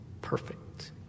perfect